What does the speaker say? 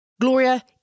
Gloria